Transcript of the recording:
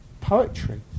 poetry